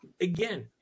Again